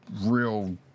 real